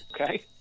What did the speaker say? Okay